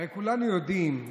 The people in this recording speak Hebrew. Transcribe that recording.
הרי כולנו יודעים,